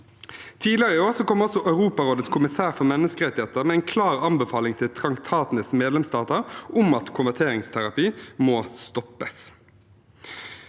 Tidligere i år kom også Europarådets kommissær for menneskerettigheter med en klar anbefaling til traktatenes medlemsstater om at konverteringsterapi må stoppes.